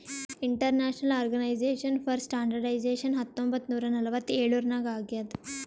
international organization for standardization ಹತ್ತೊಂಬತ್ ನೂರಾ ನಲ್ವತ್ತ್ ಎಳುರ್ನಾಗ್ ಆಗ್ಯಾದ್